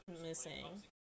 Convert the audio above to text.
missing